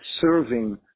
serving